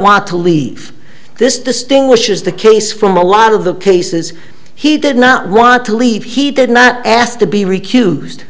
want to leave this distinguishes the case from a lot of the cases he did not want to leave he did not asked to be recused